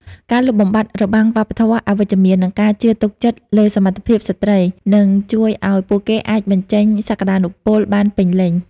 ការលុបបំបាត់របាំងវប្បធម៌អវិជ្ជមាន និងការជឿទុកចិត្តលើសមត្ថភាពស្ត្រី នឹងជួយឱ្យពួកគេអាចបញ្ចេញសក្ដានុពលបានពេញលេញ។